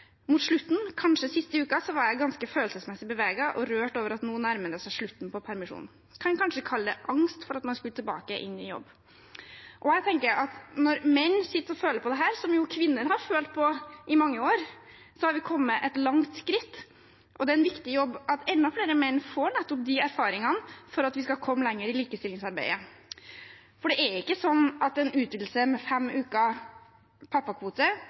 Mot slutten, kanskje den siste uken, var jeg ganske følelsesmessig beveget og rørt over at nå nærmer det seg slutten på permisjonen – kan kanskje kalle det angst for at man skulle tilbake til jobb. Jeg tenker at når menn sitter og føler på det som kvinner jo har følt på i mange år, har vi kommet et langt skritt. Det er en viktig jobb med at enda flere menn får nettopp de erfaringene, for at vi skal komme lenger i likestillingsarbeidet. Det er ikke sånn at en utvidelse med fem uker pappakvote